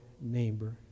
neighbor